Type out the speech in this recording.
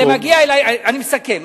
אני מסכם.